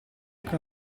che